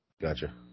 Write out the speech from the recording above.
Gotcha